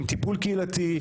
עם טיפול קהילתי,